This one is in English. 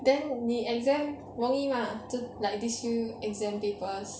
then 你 exam 容易吗这 like this few exam papers